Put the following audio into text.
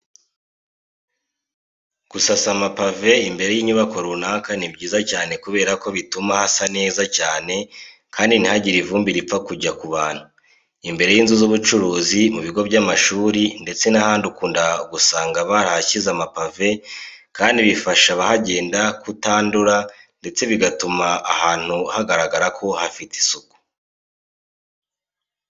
Gusasa amapave imbere y'inyubako runaka ni byiza cyane kubera ko bituma hasa neza cyane kandi ntihagire ivumbi ripfa kujya ku bantu. Imbere y'inzu z'ubucuruzi, mu bigo by'amashuri ndetse n'ahandi ukunda gusanga barahashyize amapave kandi bifasha abahagenda kutandura ndetse bigatuma ahantu hagaragara ko hafite isuku.